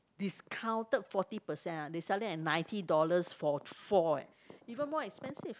discounted forty percent ah they selling at ninety dollars for four eh even more expensive